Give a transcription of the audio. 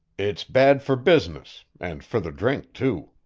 it's bad for business, and for the drink, too.